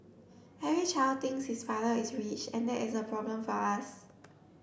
every child thinks his father is rich and that is a problem for us